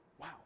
wow